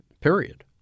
Period